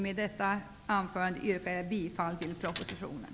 Med detta yrkar jag bifall till propositionen.